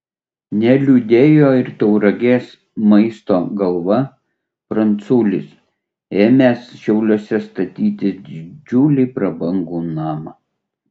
neliūdėjo ir tauragės maisto galva pranculis ėmęs šiauliuose statytis didžiulį prabangų namą